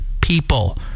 people